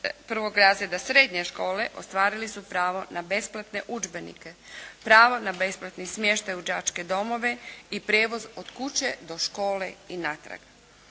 prvog razreda srednje škole ostvarili su pravo na besplatne udžbenike, pravo na besplatni smještaj u đačke domove i prijevoz od kuće do škole i natrag.